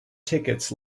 tickets